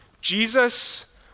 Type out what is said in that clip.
Jesus